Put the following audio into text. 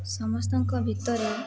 ସମସ୍ତଙ୍କ ଭିତରେ